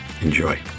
Enjoy